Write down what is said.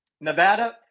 Nevada